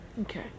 Okay